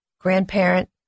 grandparent